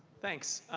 thanks.